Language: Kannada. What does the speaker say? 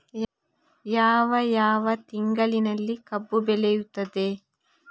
ಯಾವ ಯಾವ ತಿಂಗಳಿನಲ್ಲಿ ಕಬ್ಬು ಬೆಳೆಯುತ್ತದೆ?